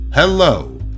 Hello